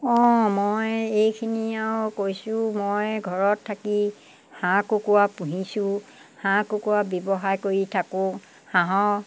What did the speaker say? অঁ মই এইখিনি আৰু কৈছোঁ মই ঘৰত থাকি হাঁহ কুকুৰা পুহিছোঁ হাঁহ কুকুৰা ব্যৱসায় কৰি থাকোঁ হাঁহৰ